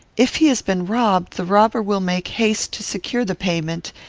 if he has been robbed, the robber will make haste to secure the payment,